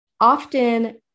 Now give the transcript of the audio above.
often